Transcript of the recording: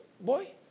Boy